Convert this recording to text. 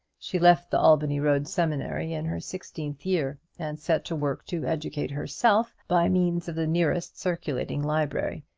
she left the albany road seminary in her sixteenth year, and set to work to educate herself by means of the nearest circulating library.